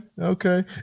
okay